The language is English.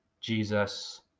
Jesus